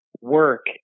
work